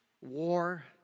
war